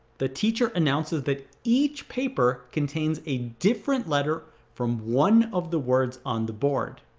the teacher announces that each paper contains a different letter from one of the words on the board.